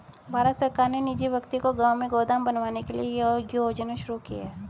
भारत सरकार ने निजी व्यक्ति को गांव में गोदाम बनवाने के लिए यह योजना शुरू की है